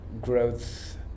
growth